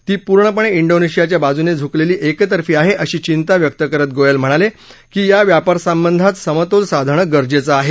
तो पूर्णपणे क्रीनेशियाच्या बाजूने झुकलेला एकतर्फी आहे अशी चिंता व्यक्त करत गोयल म्हणाले की या व्यापार संबंधात समोल साधणं गरजेचं आहे